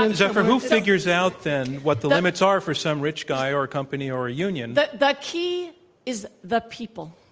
um zephyr, who figures out, then, what the limits are for some rich guy, or a company, or a union? the the key is the people.